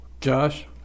Josh